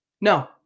No